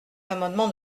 amendement